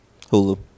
hulu